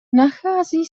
nachází